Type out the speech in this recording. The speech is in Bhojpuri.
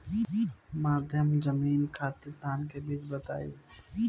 मध्य जमीन खातिर धान के बीज बताई?